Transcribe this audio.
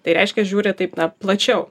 tai reiškia žiūri taip na plačiau